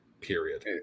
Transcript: period